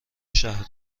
شهر